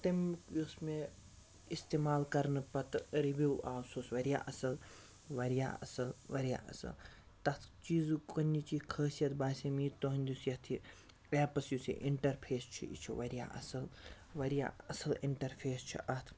تَمیُک یُس مےٚ استعمال کَرنہٕ پَتہٕ رِوِو آو سُہ اوس واریاہ اَصٕل واریاہ اَصٕل واریاہ اَصٕل تَتھ چیٖزُک گۄڈنِچی خٲصیت باسے مےٚ یہِ تُہٕنٛدِس یَتھ یہِ ایپَس یُس یہِ اِنٹَرفیس چھُ یہِ چھُ واریاہ اَصٕل واریاہ اَصٕل اِنٹَرفیس چھُ اَتھ